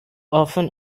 often